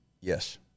Yes